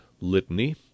litany